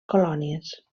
colònies